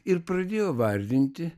ir pradėjo vardinti